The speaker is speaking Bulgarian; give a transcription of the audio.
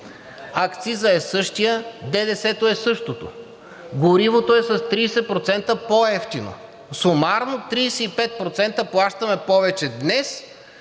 акцизът е същият, ДДС-то е същото, горивото е с 30% по-евтино. Сумарно 35% плащаме повече днес